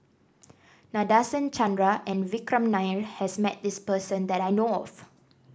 Nadasen Chandra and Vikram Nair has met this person that I know of